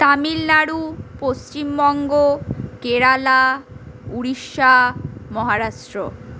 Tamil Nadu Paschimbanga Kerala Orissa Maharashtra